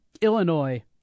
Illinois